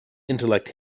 intellect